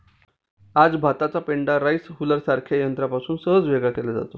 आज भाताचा पेंढा राईस हुलरसारख्या यंत्रापासून सहज वेगळा केला जातो